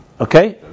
Okay